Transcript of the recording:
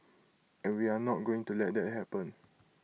and we are not going to let that happen